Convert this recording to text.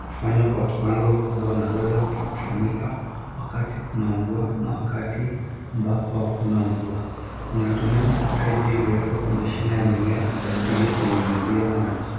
hufanywa kwa kiwango kubwa na huweza kufanyika wakati kuna mvua na wakati ambapo hakuna mvua. Unatumia mfereji uliyowekwa kwenye shina ya mimea ili kunyunyizia maji.